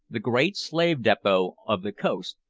the great slave-depot of the coast,